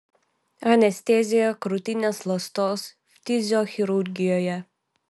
anestezija krūtinės ląstos ftiziochirurgijoje